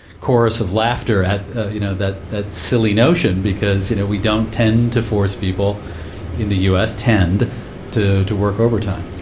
chorus of laughter at you know that that silly notion because, you know, we don't tend to force people in the u s. to to work overtime.